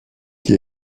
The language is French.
qui